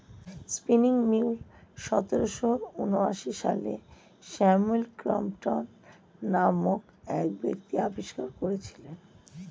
spinning mule সতেরোশো ঊনআশি সালে স্যামুয়েল ক্রম্পটন নামক এক ব্যক্তি আবিষ্কার করেছিলেন